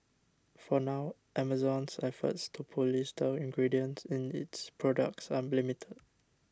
for now Amazon's efforts to police the ingredients in its products are limited